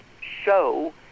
show